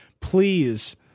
Please